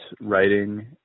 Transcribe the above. writing